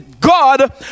God